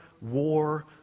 war